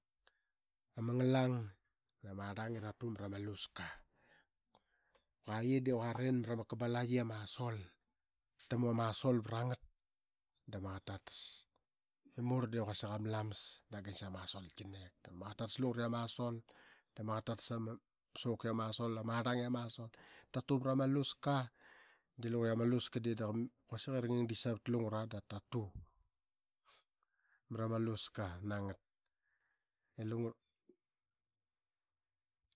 Ratu marama aluska, kua ye de quaren merama kabalaqi i ama so. Tamu ama sol vrangat da ma qaqat tatas. I murl de quasik ama lamas da ma qaqet ta tak sama solki nek. Ma qaqet tatas lungure ama sol i. Da ma qaqet tatas ama soku i ama sol ama arlang i ama sol. Tatu mrama luska de lungure i da ma aluska de quasik i ra ngangdik savat lungra dap ta tu marama luska nangat